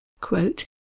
quote